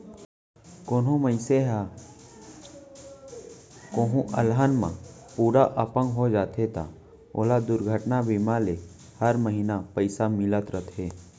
कोनों मनसे ह कोहूँ अलहन म पूरा अपंग हो जाथे त ओला दुरघटना बीमा ले हर महिना पइसा मिलत रथे